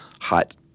hot